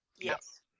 yes